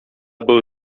był